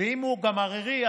ואם הוא גם ערירי,